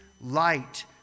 light